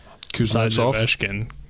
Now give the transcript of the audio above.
Kuznetsov